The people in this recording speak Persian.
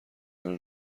منو